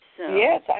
Yes